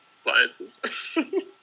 appliances